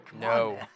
No